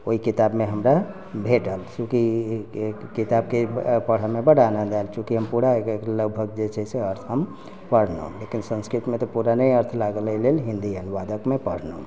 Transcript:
ओहि किताब मे हमरा भेटल चूँकि ई किताब के पढ़ऽ मे बड आनन्द आयल चूँकि हम पूरा लगभग जे छै से अर्थ हम पढलहुॅं लेकिन संस्कृत मे तऽ पूरा नहि अर्थ लागल एहि लेल हिन्दी अनुवादक मे पढ़लहुॅं